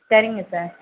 சரிங்க சார்